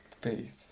Faith